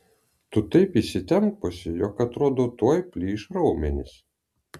tu taip įsitempusi jog atrodo tuoj plyš raumenys